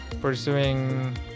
pursuing